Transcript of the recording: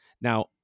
Now